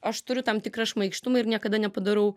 aš turiu tam tikrą šmaikštumą ir niekada nepadarau